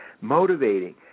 motivating